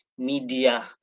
Media